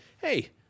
hey